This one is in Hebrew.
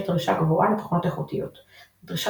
יש דרישה גבוהה לתוכנות איכותיות; דרישה